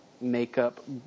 makeup